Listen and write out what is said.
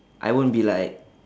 I won't be like